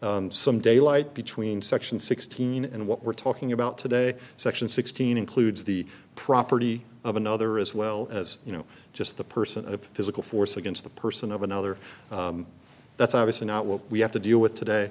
some daylight between section sixteen and what we're talking about today section sixteen includes the property of another as well as you know just the person a physical force against the person of another that's obviously not what we have to deal with today